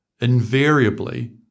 Invariably